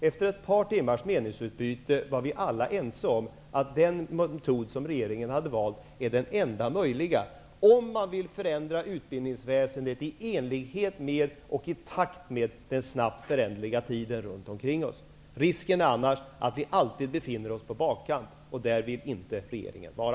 Efter ett par timmars meningsutbyte var vi alla ense om att den metod som regeringen hade valt är den enda möjliga om man vill förändra utbildningsväsendet i enlighet med och i takt med den snabbt föränderliga tiden. Risken är annars att vi alltid befinner oss på bakkant. Där vill inte regeringen vara.